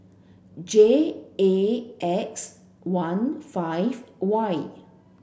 J A X one five Y